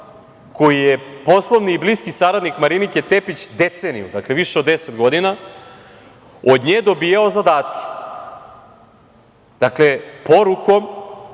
koji je poslovni i bliski saradnik Marinike Tepić, deceniju, dakle, više od 10 godina, od nje dobijao zadatke. Dakle, porukom